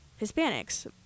Hispanics